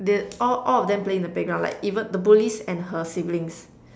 the all all of them playing in the playground like even the bullies and her siblings